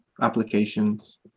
applications